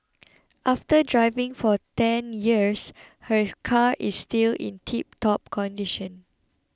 after driving for ten years her car is still in tiptop condition